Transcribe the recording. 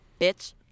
bitch